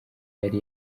yari